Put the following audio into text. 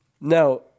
Now